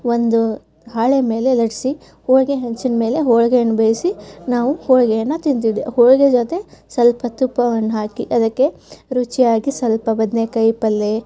ಒಂದು ಹಾಳೆ ಮೇಲೆ ಲಟ್ಟಿಸಿ ಹೋಳಿಗೆ ಹೆಂಚಿನ ಮೇಲೆ ಹೋಳ್ಗೆಯನ್ನ ಬೇಯಿಸಿ ನಾವು ಹೋಳಿಗೆಯನ್ನ ತಿಂತಿದ್ದೆವು ಹೋಳಿಗೆ ಜೊತೆ ಸ್ವಲ್ಪ ತುಪ್ಪವನ್ನು ಹಾಕಿ ಅದಕ್ಕೆ ರುಚಿಯಾಗಿ ಸ್ವಲ್ಪ ಬದನೇಕಾಯಿ ಪಲ್ಲೆ